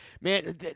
man